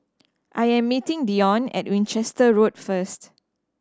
I am meeting Dione at Winchester Road first